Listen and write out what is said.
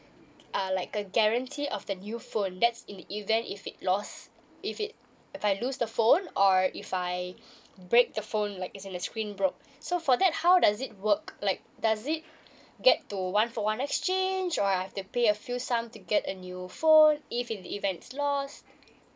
uh like a guarantee of the new phone that's in the event if it lost if it if I lose the phone or if I break the phone like as in a screen broke so for that how does it work like does it get to one for one exchange or I have to pay a few some to get a new phone if in the event is lost